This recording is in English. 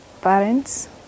parents